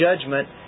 judgment